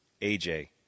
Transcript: AJ